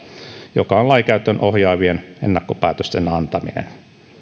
joka on lainkäyttöä ohjaavien ennakkopäätösten antaminen